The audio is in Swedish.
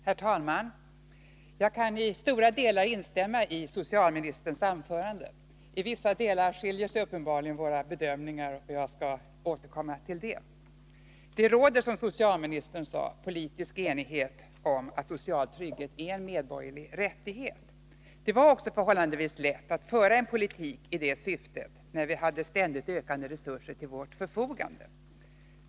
Herr talman! Jag kan i stora delar instämma i socialministerns anförande. I vissa delar skiljer sig dock uppenbarligen våra bedömningar, och jag skall återkomma till dem. Det råder, som socialministern sade, politisk enighet om att social trygghet är en medborgerlig rättighet. Det var också förhållandevis lätt att föra en politik i det syftet, när vi hade ständigt ökande resurser till vårt förfogande.